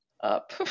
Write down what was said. up